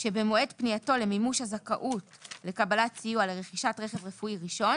שבמועד פנייתו למימוש הזכאות לקבלת סיוע לרכישת רכב רפואי ראשון